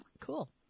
Cool